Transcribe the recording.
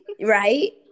Right